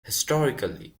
historically